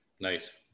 Nice